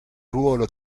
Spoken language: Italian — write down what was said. ruolo